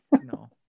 No